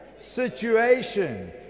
situation